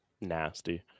nasty